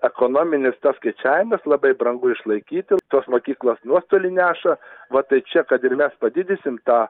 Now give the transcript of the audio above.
ekonominis tas skaičiavimas labai brangu išlaikyti tos mokyklos nuotolį neša va tai čia kad ir mes padidisim tą